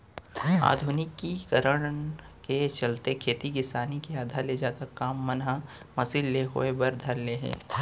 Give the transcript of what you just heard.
आधुनिकीकरन के चलते खेती किसानी के आधा ले जादा काम मन ह मसीन ले होय बर धर ले हे